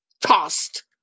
tossed